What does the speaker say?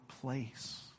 place